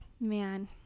Man